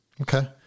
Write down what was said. Okay